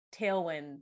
tailwind